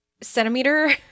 centimeter